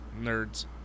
Nerds